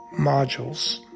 modules